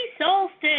solstice